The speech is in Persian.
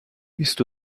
بیست